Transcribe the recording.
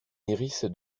lyrisse